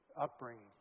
upbringing